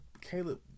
Caleb